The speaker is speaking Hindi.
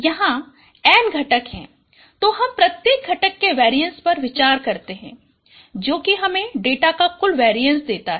यहाँ N घटक हैं तो हम प्रत्येक घटक के वेरीएंसपर विचार करते हैं और जो कि हमे डेटा का कुल वेरीएंसदेता हैं